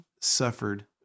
suffered